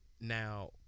Now